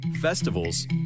Festivals